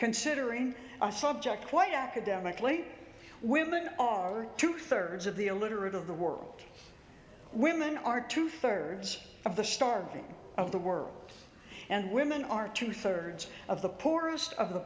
considering a subject quite academically women are two thirds of the illiterate of the world women are two thirds of the starving of the world and women are two thirds of the poorest of the